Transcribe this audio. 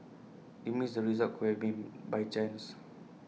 this meant the results could have been by chance